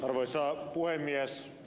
arvoisa puhemies